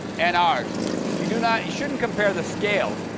and ours you do not you shouldn't compare the scale.